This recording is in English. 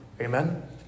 Amen